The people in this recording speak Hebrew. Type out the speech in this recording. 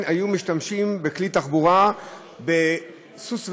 היו משתמשים ככלי תחבורה בסוס ועגלה.